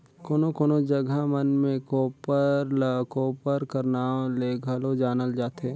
कोनो कोनो जगहा मन मे कोप्पर ल कोपर कर नाव ले घलो जानल जाथे